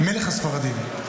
"מלך הספרדים".